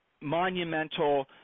monumental